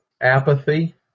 apathy